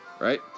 Right